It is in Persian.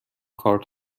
کارت